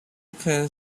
can